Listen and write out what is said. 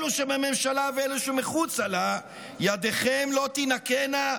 אלה שבממשלה ואלה שמחוצה לה, ידיכם לא תינקנה.